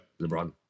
LeBron